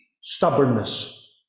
stubbornness